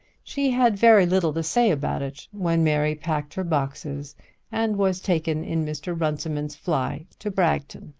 she had very little to say about it when mary packed her boxes and was taken in mr. runciman's fly to bragton.